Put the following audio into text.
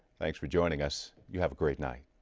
thanks for joining us, you have a great night.